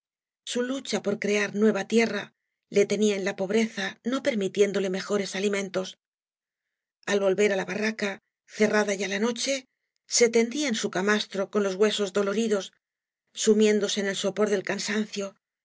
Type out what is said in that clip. su lucha por crear nueva tierra le tenía en la pobreza no permitiéndole mejores alimentos al volver á la barraca cerrada ya la noche se tendía en su camastro con los huesos doloridos sumiéndoge eo el sopor del cansancio